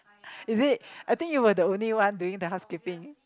is it I think you were the only one doing the housekeeping